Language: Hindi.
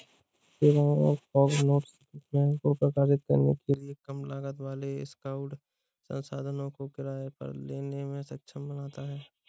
सेवाओं और फॉग नोड्स को प्रकाशित करने के लिए कम लागत वाले क्लाउड संसाधनों को किराए पर लेने में सक्षम बनाता है